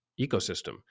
ecosystem